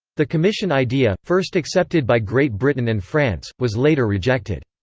the commission idea, first accepted by great britain and france, was later rejected.